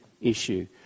issue